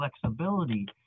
flexibility